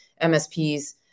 MSPs